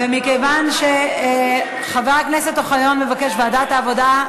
ומכיוון שחבר הכנסת אוחיון מבקש ועדת העבודה,